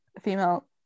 female